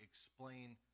explain